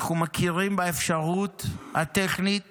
אנחנו מכירים באפשרות הטכנית